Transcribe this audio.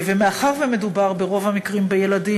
ומאחר שמדובר ברוב המקרים בילדים,